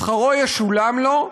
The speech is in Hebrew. שכרו ישולם לו,